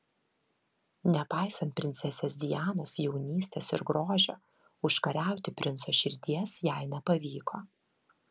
nepaisant princesės dianos jaunystės ir grožio užkariauti princo širdies jai nepavyko